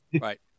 right